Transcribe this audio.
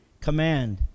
command